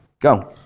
go